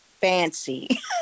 fancy